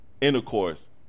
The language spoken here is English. intercourse